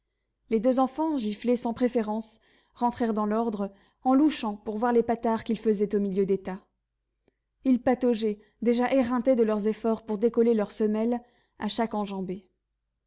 les deux enfants giflés sans préférence rentrèrent dans l'ordre en louchant pour voir les patards qu'ils faisaient au milieu des tas ils pataugeaient déjà éreintés de leurs efforts pour décoller leurs semelles à chaque enjambée